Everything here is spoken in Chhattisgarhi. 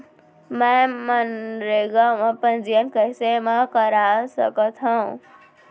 मैं मनरेगा म पंजीयन कैसे म कर सकत हो?